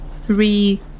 three